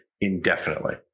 indefinitely